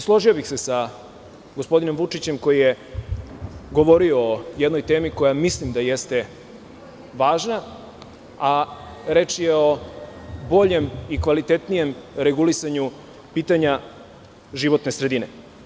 Složio bih se sa gospodinom Vučićem koji je govorio o jednoj temi, za koju mislim da jeste važna, a reč je o boljem i kvalitetnijem regulisanju pitanja životne sredine.